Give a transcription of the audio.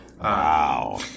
Wow